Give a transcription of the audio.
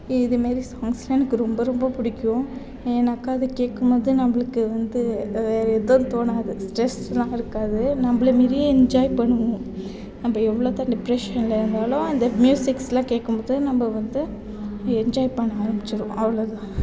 இது மாரி சாங்ஸ்யெலாம் எனக்கு ரொம்ப ரொம்ப பிடிக்கும் ஏன்னாக்கால் அதை கேட்கும் போது நம்மளுக்கு வந்து வேறு எதுவும் தோணாது ஸ்ட்ரெஸ்யெலாம் இருக்காது நம்மள மீறியே என்ஜாய் பண்ணுவோம் நம்ம எவ்வளோதான் டிப்ரெஷனில் இருந்தாலும் அந்த மியூசிக்ஸ்யெலாம் கேட்கும் போது நம்ம வந்து என்ஜாய் பண்ண மாதிரி வெச்சுடும் அவ்வளோ தான்